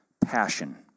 Passion